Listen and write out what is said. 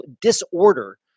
disorder